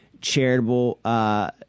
charitable